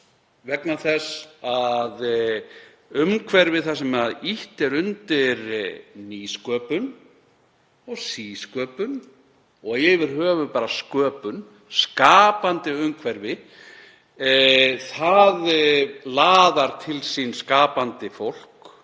vegna þess að umhverfi þar sem ýtt er undir nýsköpun og sísköpun og yfir höfuð bara sköpun, skapandi umhverfi, laðar til sín skapandi fólk